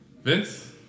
vince